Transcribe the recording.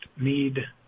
need